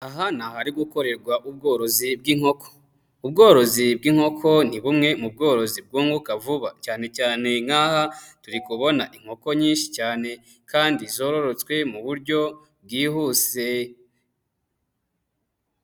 Aha ni ahari gukorerwa ubworozi bw'inkoko, ubworozi bw'inkoko ni bumwe mu bworozi bwunguka vuba, cyane cyane nk'aha turi kubona inkoko nyinshi cyane kandi zororotswe mu buryo bwihuse.